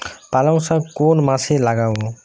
পালংশাক কোন মাসে লাগাব?